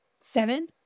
Seven